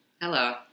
hello